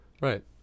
Right